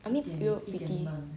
I mean europe pretty